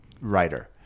writer